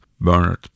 Bernard